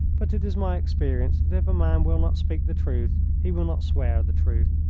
but it is my experience that if a man will not speak the truth he will not swear the truth,